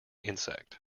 insect